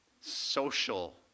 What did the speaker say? social